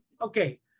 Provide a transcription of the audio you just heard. Okay